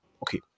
Okay